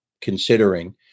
considering